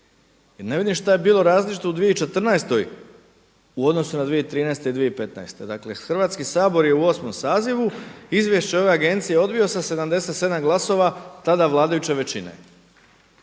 I ne vidim šta je bilo različito u 2014. u odnosu na 2013. i 2015. Dakle, Hrvatski sabor je u osmom sazivu izvješće ove agencije odbio sa 77 glasova tada vladajuće većine